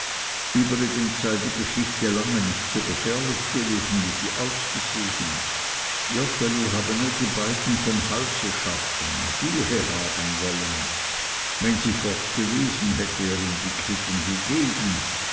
übrigens sei die geschichte lange nicht so gefährlich gewesen wie sie ausgesehen joggeli habe nur die beiden vom halse schaffen ruhe haben wollen wenn sie fortgewesen hätte er ihm die quittung gegeben